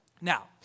Now